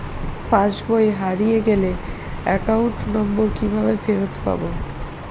পাসবই হারিয়ে গেলে account number কিভাবে ফেরত পাব?